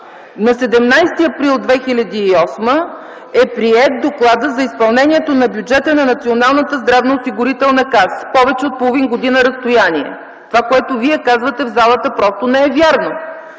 на 17 април 2008 г., е приет Доклад за изпълнението на бюджета на Националната здравноосигурителна каса, повече от половин година разстояние. Това, което Вие казвате в залата, просто не е вярно!